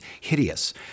Hideous